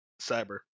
Cyber